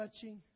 touching